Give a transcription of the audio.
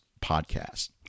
podcast